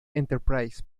enterprise